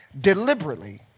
deliberately